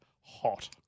hot